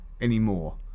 anymore